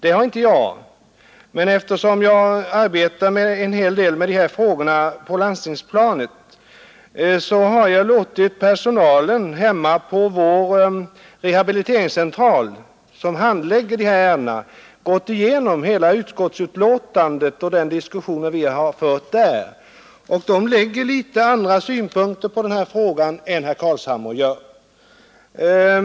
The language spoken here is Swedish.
Det har inte jag, men eftersom jag arbetar en hel del med dessa frågor på landstingsplanet har jag låtit personalen på rehabiliteringscentralen i mitt län gå igenom utskottsbetänkandet och ta del av utskottets synpunkter. Personalen lägger andra synpunkter på frågan än herr Carlshamre gör.